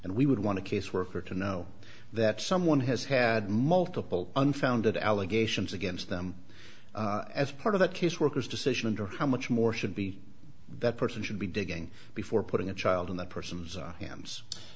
and we would want to caseworker to know that someone has had multiple unfounded allegations against them as part of the caseworkers decision to how much more should be that person should be digging before putting a child in the person's our ha